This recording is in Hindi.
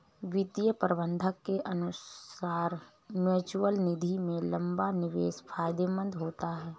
वित्तीय प्रबंधक के अनुसार म्यूचअल निधि में लंबा निवेश फायदेमंद होता है